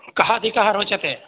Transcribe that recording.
कः अधिकः रोचते